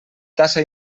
tassa